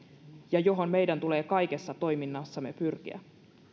ja johon meidän tulee kaikessa toiminnassamme pyrkiä